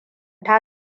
ta